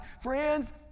Friends